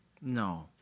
No